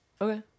Okay